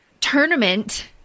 tournament